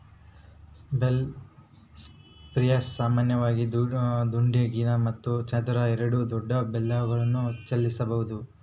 bale spears ಸಾಮಾನ್ಯವಾಗಿ ದುಂಡಗಿನ ಮತ್ತು ಚದರ ಎರಡೂ ದೊಡ್ಡ ಬೇಲ್ಗಳನ್ನು ಚಲಿಸಬೋದು